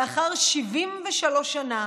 לאחר 73 שנה,